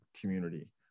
community